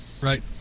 right